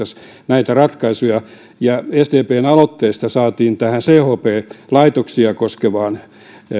näitä ratkaisuja ja sdpn aloitteesta saatiin tähän chp laitoksia